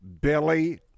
Billy